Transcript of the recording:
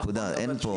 נכון,